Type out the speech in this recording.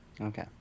Okay